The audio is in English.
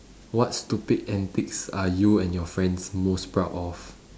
what stupid antics are you and your friends most proud of